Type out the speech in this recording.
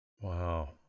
Wow